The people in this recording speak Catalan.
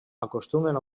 acostumen